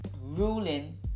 ruling